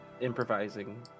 improvising